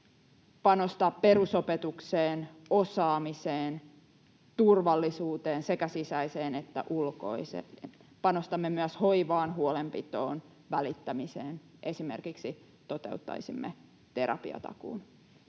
panostaa perusopetukseen, osaamiseen, turvallisuuteen, sekä sisäiseen että ulkoiseen. Panostamme myös hoivaan, huolenpitoon, välittämiseen, esimerkiksi toteuttaisimme terapiatakuun.